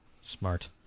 Smart